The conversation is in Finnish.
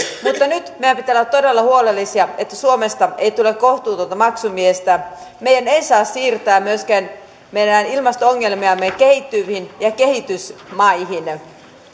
mutta nyt meidän pitää olla todella huolellisia että suomesta ei tule kohtuutonta maksumiestä me emme saa siirtää myöskään meidän ilmasto ongelmiamme kehittyviin ja kehitysmaihin